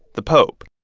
the pope.